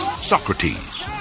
Socrates